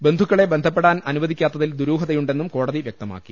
ബന്ധുക്കളെ ബന്ധപ്പെടാൻ അനുവദിക്കാ ത്തതിൽ ദുരൂഹതയുണ്ടെന്നും കോടതി വൃക്തമാക്കി